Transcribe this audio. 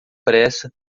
pressa